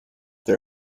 they